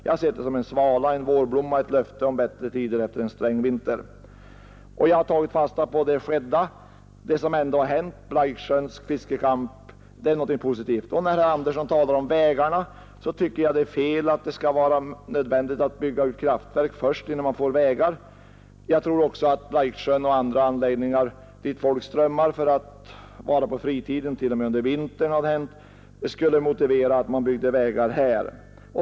Jag har sett det som en svala, en vårblomma, ett löfte om bättre tider efter en sträng vinter, och jag har tagit fasta på det skedda, det som ändå hänt. Blaiksjöns fiskecamp är någonting positivt. När herr Andersson talar om vägarna tycker jag att det är fel att det skall vara nödvändigt att bygga ut kraftverk först, innan man får vägar. Jag tror också att Blaiksjön och andra anläggningar dit folk strömmar på fritiden och även under vintern skulle motivera att man byggt vägar här.